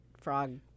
frog